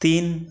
तीन